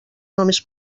només